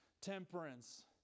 temperance